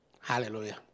Hallelujah